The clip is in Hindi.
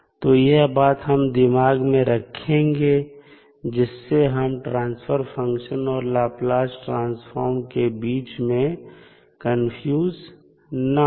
तो यह बात हम दिमाग में रखेंगे जिससे हम ट्रांसफर फंक्शन और लाप्लास ट्रांसफॉर्म के बीच में कंफ्यूज ना हो